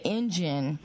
engine